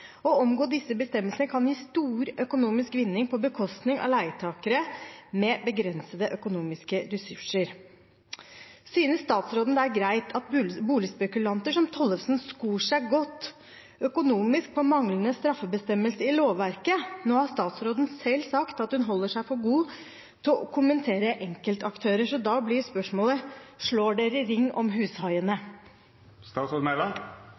Å omgå disse bestemmelsene kan gi stor økonomisk vinning på bekostning av leietakere med begrensede økonomiske ressurser. Synes statsråden det er greit at boligspekulanter som Tollefsen skor seg godt økonomisk på manglende straffebestemmelse i lovverket? Nå har statsråden selv sagt at hun holder seg for god til å kommentere enkeltaktører, så da blir spørsmålet: Slår regjeringen ring om